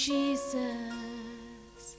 Jesus